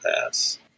pass